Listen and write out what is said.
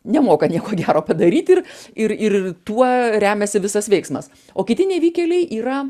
nemoka nieko gero padaryt ir ir ir tuo remiasi visas veiksmas o kiti nevykėliai yra